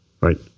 right